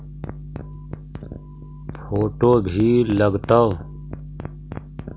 Photo भी लग तै?